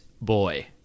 boy